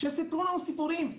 שיספרו לנו סיפורים,